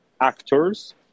actors